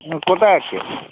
হুম কোথায় আছো